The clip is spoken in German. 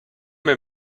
mehr